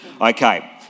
Okay